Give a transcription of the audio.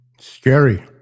Scary